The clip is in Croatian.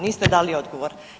Niste dali odgovor.